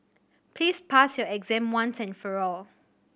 please pass your exam once and for all